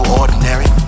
ordinary